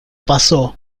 pasó